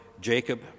Jacob